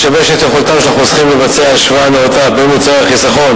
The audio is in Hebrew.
משבש את יכולתם של החוסכים לבצע השוואה נאותה בין מוצרי החיסכון